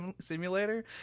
simulator